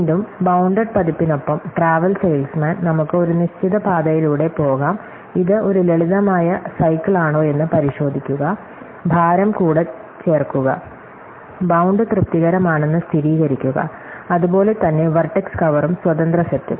വീണ്ടും ബൌണ്ടഡ് പതിപ്പിനൊപ്പം travel salesman നമുക്ക് ഒരു നിശ്ചിത പാതയിലൂടെ പോകാം ഇത് ഒരു ലളിതമായ സൈക്കിളാണോയെന്ന് പരിശോധിക്കുക ഭാരം കൂടചേർക്കുക ബൌണ്ട് തൃപ്തികരമാണെന്ന് സ്ഥിരീകരിക്കുക അതുപോലെ തന്നെ വെർട്ടെക്സ് കവറും സ്വതന്ത്ര സെറ്റും